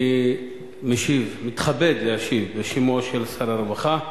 אני מתכבד להשיב בשמו של שר הרווחה.